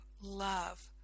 love